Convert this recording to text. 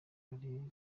ari